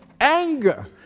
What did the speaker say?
anger